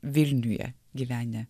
vilniuje gyvenę